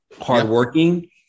hardworking